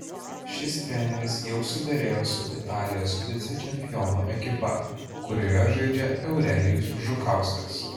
šis treneris jau suderėjo su italijos vicečempionų ekipa kurioje žaidžia eurelijus žukauskas